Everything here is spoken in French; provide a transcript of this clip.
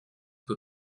peu